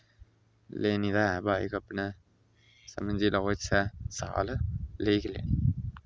लैनी ते ऐ बाईक अपनै समझी लैओ इस्सै साल लेई गै लेनी